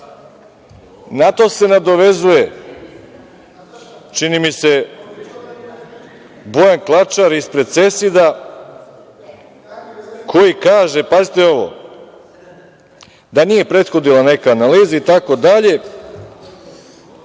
to se nadovezuje čini mi se Bojan Klačar ispred CESID koji kaže, pazite ovo, da nije prethodila neka analiza itd, neće